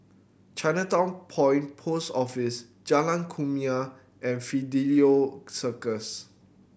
Chinatown Point Post Office Jalan Kumia and Fidelio Circus